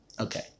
Okay